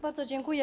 Bardzo dziękuję.